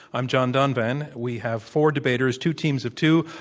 i'm john donvan. we have four debaters, two teams of two,